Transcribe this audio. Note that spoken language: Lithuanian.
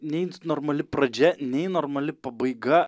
nei normali pradžia nei normali pabaiga